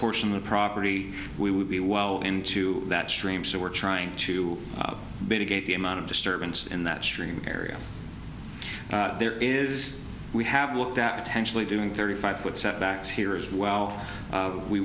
portion of the property we would be well into that stream so we're trying to mitigate the amount of disturbance in that stream area there is we have looked at potentially doing thirty five foot setbacks here as well